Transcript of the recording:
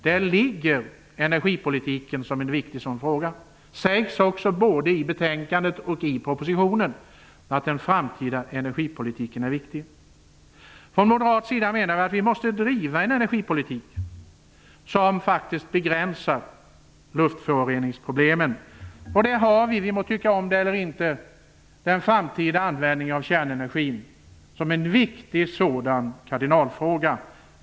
Där är energipolitiken en viktig del. Det sägs också i betänkandet och i propositionen att den framtida energipolitiken är viktig i sammanhanget. Från moderat sida menar vi att vi måste driva en energipolitik som faktiskt begränsar luftföroreningsproblemen. Där har vi, ni får tycka om det eller inte, den framtida användningen av kärnenergin som en viktig kardinalfråga.